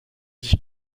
sich